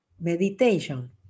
meditation